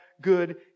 good